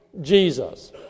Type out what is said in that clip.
Jesus